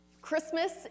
Christmas